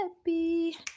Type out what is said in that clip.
happy